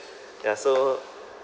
ya so